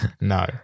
no